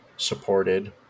supported